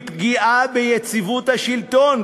"היא פגיעה ביציבות השלטון",